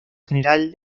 general